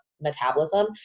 metabolism